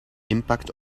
impact